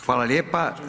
Hvala lijepa.